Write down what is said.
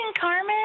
Carmen